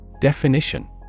Definition